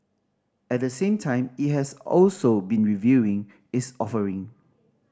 at the same time it has also been reviewing its offering